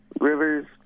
Rivers